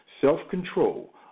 self-control